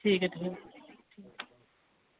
ठीक ऐ ठीक ऐ